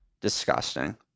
Disgusting